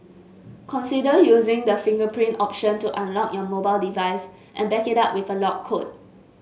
consider using the fingerprint option to unlock your mobile device and back it up with a lock code